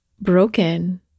broken